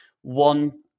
One